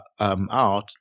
out